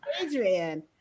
Adrian